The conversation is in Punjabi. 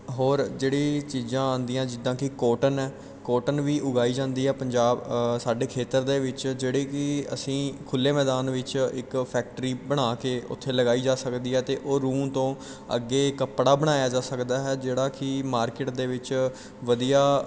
ਹੋਰ ਜਿਹੜੀ ਚੀਜ਼ਾਂ ਆਉਂਦੀਆਂ ਜਿੱਦਾਂ ਕਿ ਕੋਟਨ ਹੈ ਕੋਟਨ ਵੀ ਉਗਾਈ ਜਾਂਦੀ ਆ ਪੰਜਾਬ ਸਾਡੇ ਖੇਤਰ ਦੇ ਵਿੱਚ ਜਿਹੜੇ ਕਿ ਅਸੀਂ ਖੁੱਲ੍ਹੇ ਮੈਦਾਨ ਵਿੱਚ ਇੱਕ ਫੈਕਟਰੀ ਬਣਾ ਕੇ ਉੱਥੇ ਲਗਾਈ ਜਾ ਸਕਦੀ ਹੈ ਅਤੇ ਉਹ ਰੂੰ ਤੋਂ ਅੱਗੇ ਕੱਪੜਾ ਬਣਾਇਆ ਜਾ ਸਕਦਾ ਹੈ ਜਿਹੜਾ ਕਿ ਮਾਰਕੀਟ ਦੇ ਵਿੱਚ ਵਧੀਆ